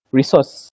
resource